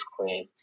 clean